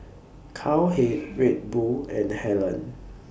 Cowhead Red Bull and Helen